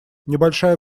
небольшая